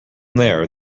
there